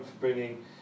bringing